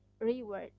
reward